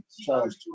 charge